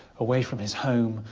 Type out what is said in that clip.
away from his home,